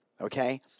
okay